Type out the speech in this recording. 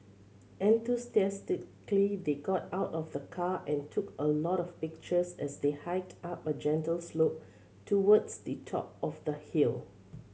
enthusiastically they got out of the car and took a lot of pictures as they hiked up a gentle slope towards the top of the hill